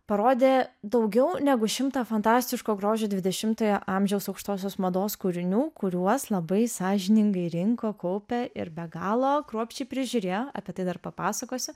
parodė daugiau negu šimtą fantastiško grožio dvidešimtojo amžiaus aukštosios mados kūrinių kuriuos labai sąžiningai rinko kaupė ir be galo kruopščiai prižiūrėjo apie tai dar papasakosiu